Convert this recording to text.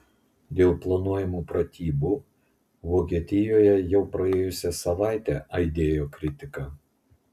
dėl planuojamų pratybų vokietijoje jau praėjusią savaitę aidėjo kritika